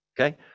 Okay